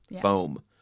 foam